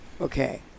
okay